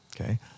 Okay